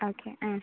okay